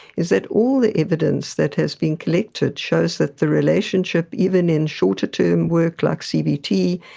is that all the evidence that has been collected shows that the relationship, even in shorter-term work like cbt,